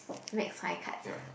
next five cards ah